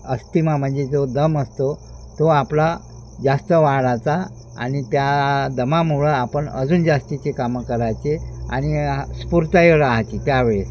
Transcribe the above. asthma म्हणजे जो दम असतो तो आपला जास्त वाढायचा आणि त्या दमामुळं आपण अजून जास्तीचे कामं करायचे आणि स्फूर्तीही राहायची त्यावेळेस